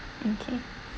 okay